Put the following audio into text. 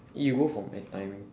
you go from that timing